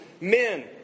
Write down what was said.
Men